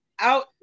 out